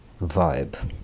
vibe